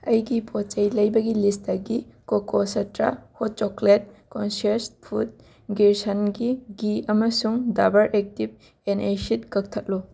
ꯑꯩꯒꯤ ꯄꯣꯠ ꯆꯩ ꯂꯩꯕꯒꯤ ꯂꯤꯁꯇꯒꯤ ꯀꯣꯀꯣ ꯁꯇ꯭ꯔ ꯍꯣꯠ ꯆꯣꯀ꯭ꯂꯦꯠ ꯀꯣꯟꯁꯤꯌꯁ ꯐꯨꯠ ꯒꯤꯔꯁꯟꯒꯤ ꯘꯤ ꯑꯃꯁꯨꯡ ꯗꯥꯕꯔ ꯑꯦꯛꯇꯤꯞ ꯑꯦꯟ ꯑꯦꯁꯤꯠ ꯀꯛꯊꯠꯂꯨ